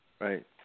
right